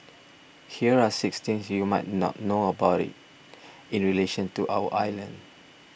here are six things you might not know about it in relation to our island